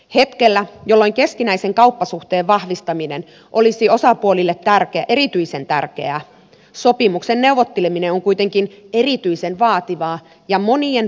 hetkellä jolloin keskinäisen kauppasuhteen vahvistaminen olisi osapuolille erityisen tärkeää sopimuksen neuvotteleminen on kuitenkin erityisen vaativaa ja monien paineiden kohteena